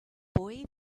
boy